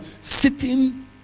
sitting